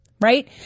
right